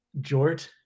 jort